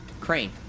Crane